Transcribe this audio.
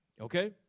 Okay